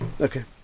Okay